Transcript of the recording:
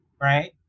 right